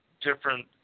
different